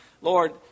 Lord